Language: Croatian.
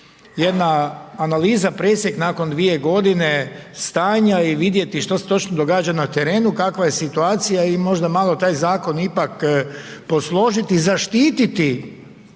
jedna analiza, presjek nakon dvije godine stanja i vidjeti što se točno događa na terenu, kakva je situacija i možda malo taj zakon ipak posložiti, zaštititi,